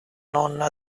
nonna